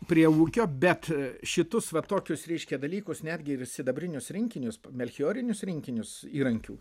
prie ūkio bet šitus va tokius reiškia dalykus netgi ir sidabrinius rinkinius melchiorinius rinkinius įrankių